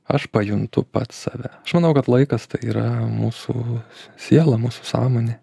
aš pajuntu pats save aš manau kad laikas tai yra mūsų siela mūsų sąmonė